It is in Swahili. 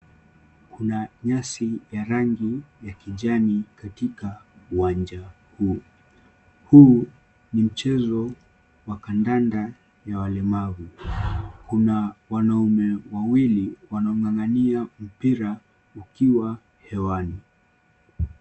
Kuna nyasi ya rangi ya ya kijani katika uwanja huu. Huu ni mchezo wa kandanda wa walemavu. Kuna wanaume wawili wanaongangania mpira ukiwa hewani.